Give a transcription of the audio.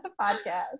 podcast